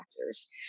factors